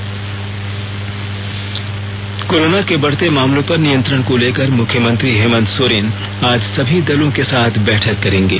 सर्वदलीय बैठक कोरोना के बढ़ते मामलों पर नियंत्रण को लेकर मुख्यमंत्री हेमंत सोरेन आज सभी दलों के साथ बैठक करेंगे